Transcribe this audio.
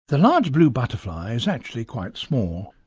the large blue butterfly is actually quite small,